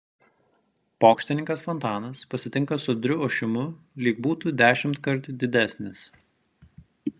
pokštininkas fontanas pasitinka sodriu ošimu lyg būtų dešimtkart didesnis